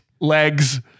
legs